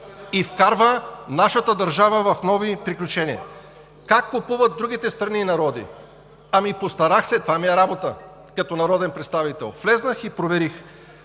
и вкарва нашата държава в нови приключения! Как купуват другите страни и народи? (Реплики.) Ами постарах се, това ми е работата като народен представител. Влязох и проверих: